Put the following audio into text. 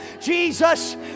Jesus